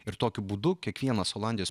ir tokiu būdu kiekvienas olandijos